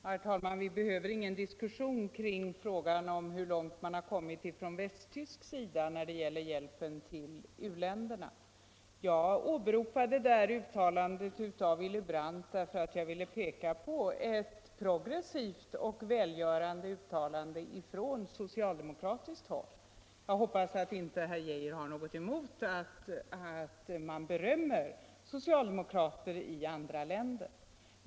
Herr talman! Vi behöver ingen diskussion kring frågan om hur långt man kommit i Västtyskland när det gäller hjälpen till u-länderna. Jag åberopade det där uttalandet av Willy Brandt därför att jag ville peka på ett progressivt och välgörande uttalande från socialdemokratiskt håll. Jag hoppas att inte herr Arne Geijer i Stockholm har något emot att man berömmer socialdemokrater i andra länder.